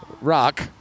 rock